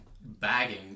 bagging